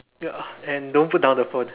ya and don't put down the phone